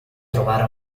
trovare